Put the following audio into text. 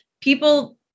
people